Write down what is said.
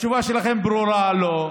התשובה שלכם ברורה: לא.